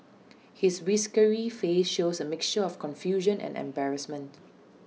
his whiskery face shows A mixture of confusion and embarrassment